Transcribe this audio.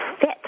fit